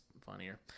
funnier